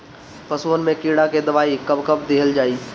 पशुअन मैं कीड़ा के दवाई कब कब दिहल जाई?